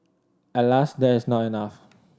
Alas that is not enough